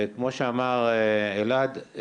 כמו שאמר אלעד,